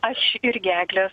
aš irgi eglė